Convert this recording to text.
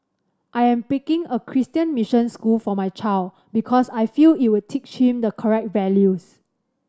I am picking a Christian mission school for my child because I feel it would teach him the correct values